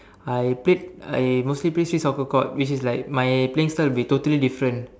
I played I mostly played street soccer court which is like my playing style would be totally different